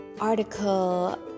article